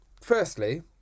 firstly